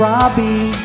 Robbie